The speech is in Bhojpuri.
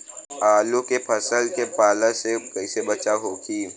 आलू के फसल के पाला से कइसे बचाव होखि?